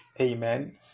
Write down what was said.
Amen